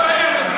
באמת.